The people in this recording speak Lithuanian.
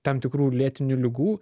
tam tikrų lėtinių ligų